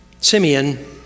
Simeon